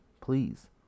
please